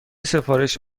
سفارش